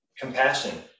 compassion